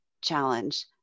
challenge